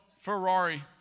Ferrari